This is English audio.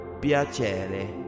Piacere